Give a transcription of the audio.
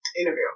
interview